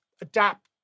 adapt